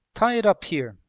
tie it up here.